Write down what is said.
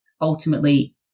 ultimately